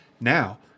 Now